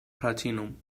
platinum